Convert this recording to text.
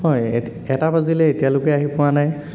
হয় এটা বাজিলেই এতিয়ালৈকে আহি পোৱা নাই